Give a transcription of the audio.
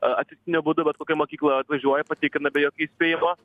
atsitiktiniu būdu bet kokioj mokykloj atvažiuoja patikrina be jokio įspėjimo